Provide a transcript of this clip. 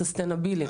סנסטנבילי.